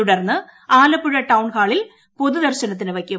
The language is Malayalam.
തുടർന്ന് ആലപ്പുഴ ടൌൺ ഹാളിൽ പൊതുദർശനത്തിന് വയ്ക്കും